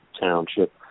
township